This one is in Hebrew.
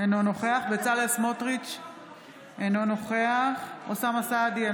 אינו נוכח בצלאל סמוטריץ' אינו נוכח אוסאמה סעדי,